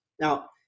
Now